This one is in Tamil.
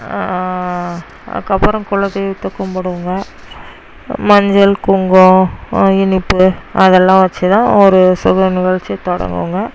அதுக்கப்புறம் குலதெய்வத்தை கும்பிடுவோங்க மஞ்சள் குங்குமம் இனிப்பு அதெலாம் வச்சுதான் ஒரு சுப நிகழ்ச்சி தொடங்குவோங்க